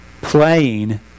playing